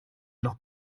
noch